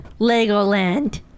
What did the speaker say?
Legoland